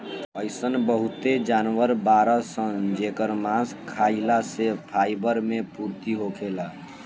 अइसन बहुते जानवर बाड़सन जेकर मांस खाइला से फाइबर मे पूर्ति होखेला